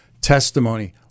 testimony